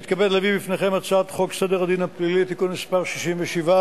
להצעת חוק זו לא הוגשו הסתייגויות.